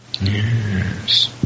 Yes